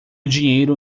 dinheiro